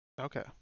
okay